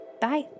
bye